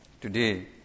today